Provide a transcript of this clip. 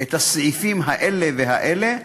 את הסעיפים האלה והאלה,